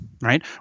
right